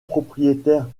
propriétaire